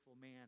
man